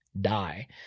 die